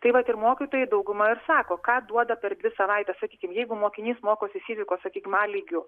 tai vat ir mokytojai dauguma ir sako ką duoda per dvi savaites sakykim jeigu mokinys mokosi fizikos sakykima lygiu